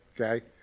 okay